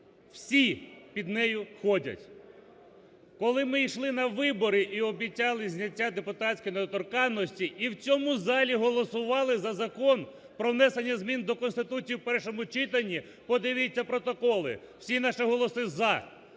всі під нею ходять. Коли ми йшли на вибори і обіцяли зняття депутатської недоторканності в цьому залі голосували за Закон про внесення змін до Конституції в першому читанні, подивіться протоколи, всі наші голоси – за.